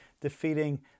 defeating